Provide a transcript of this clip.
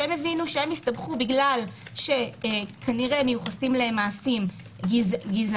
שהבינו שהם הסתבכו בגלל שכנראה מיוחסים להם מעשים גזעניים.